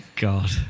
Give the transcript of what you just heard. God